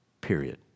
Period